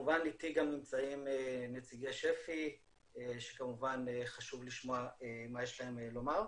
איתי גם נמצאים נציגי שפ"י שכמובן חשוב לשמוע מה יש להם לומר.